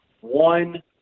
one